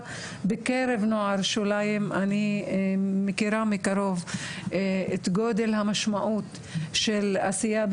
שקרב נוער שוליים ואני מכירה מקרוב את גודל המשמעות של עשייה שכזו,